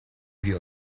wir